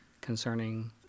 concerning